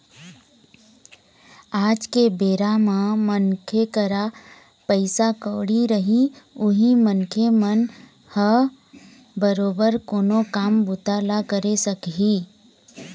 आज के बेरा म मनखे करा पइसा कउड़ी रही उहीं मनखे मन ह बरोबर कोनो काम बूता ल करे सकही